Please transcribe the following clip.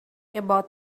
about